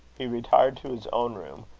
he retired to his own room,